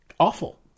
awful